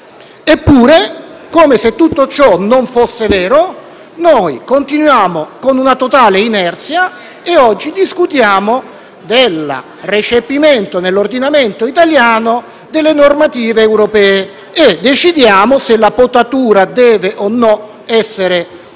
Eppure, come se tutto ciò non fosse vero, continuiamo con una totale inerzia e oggi discutiamo del recepimento nell'ordinamento italiano delle normative europee e decidiamo se la potatura deve o meno essere un